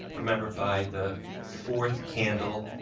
remember by the fourth candle,